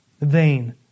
Vain